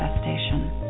station